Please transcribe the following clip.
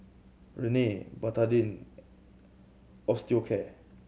Rene Betadine Osteocare